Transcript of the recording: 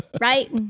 Right